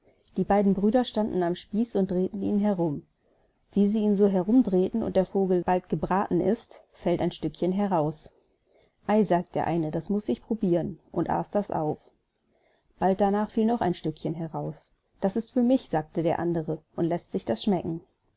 die beiden brüder standen am spieß und drehten ihn herum wie sie ihn so herumdrehen und der vogel bald gebraten ist fällt ein stückchen heraus ei sagt der eine das muß ich probiren und aß das auf bald darnach fiel noch ein stückchen heraus das ist für mich sagte der andere und läßt sich das schmecken